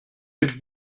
êtes